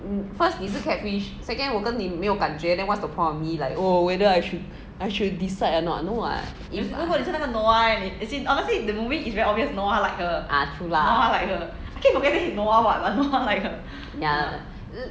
um first 你是 catfish second 我跟你没有感觉 then what's the point me like oh whether I should I should decide a not no what if ah true lah ya